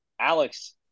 Alex